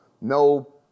no